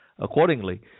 accordingly